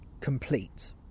complete